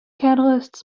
catalysts